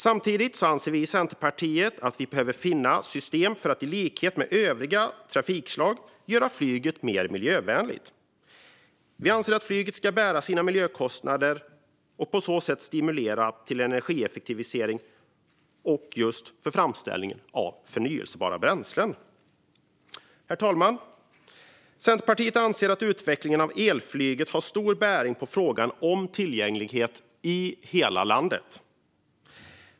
Samtidigt anser vi i Centerpartiet att vi behöver finna system för att i likhet med övriga trafikslag göra flyget mer miljövänligt. Vi anser att flyget ska bära sina miljökostnader och på så sätt stimuleras till energieffektivisering och framställning av förnybara bränslen. Herr talman! Centerpartiet anser att utvecklingen av elflyget har stor bäring på frågan om tillgänglighet i hela landet.